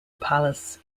palace